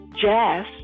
jazz